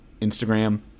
Instagram